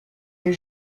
les